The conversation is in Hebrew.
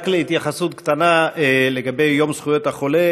רק התייחסות קטנה לגבי יום זכויות החולה,